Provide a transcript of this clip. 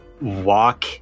walk